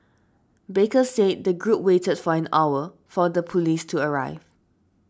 baker said the group waited for an hour for the police to arrive